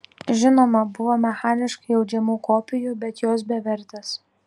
žinoma buvo mechaniškai audžiamų kopijų bet jos bevertės